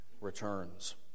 returns